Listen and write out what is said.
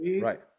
right